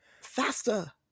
faster